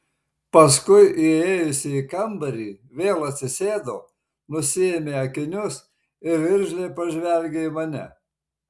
paskui įėjusi į kambarį vėl atsisėdo nusiėmė akinius ir irzliai pažvelgė į mane